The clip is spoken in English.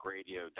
Radio